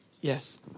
Yes